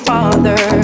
Father